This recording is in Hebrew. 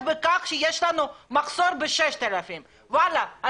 בכך שיש לנו מחסור של 6,000 עובדים.